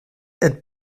elle